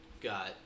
got